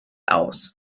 aus